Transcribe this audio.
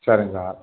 சரிங்க சார்